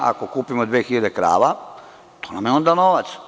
Ako kupimo 2.000 krava to nam je onda novac.